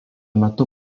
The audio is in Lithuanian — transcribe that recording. metu